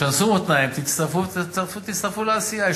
תשנסו מותניים, תצטרפו לעשייה.